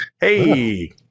Hey